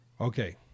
Okay